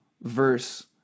verse